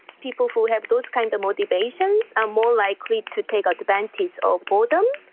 people who have those kind of motivations are more likely to take advantage of boredom.